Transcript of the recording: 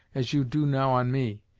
as you do now on me,